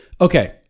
okay